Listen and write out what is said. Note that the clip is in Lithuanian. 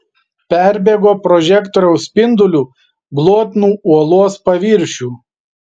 perbėgo prožektoriaus spinduliu glotnų uolos paviršių